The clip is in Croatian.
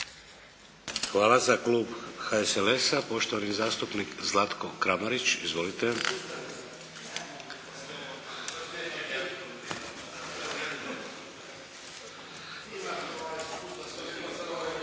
Hvala. Za klub HSLS-a, poštovani zastupnik Zlatko Kramarić. Izvolite.